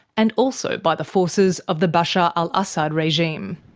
and also by the forces of the bashar al-assad regime.